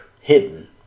hidden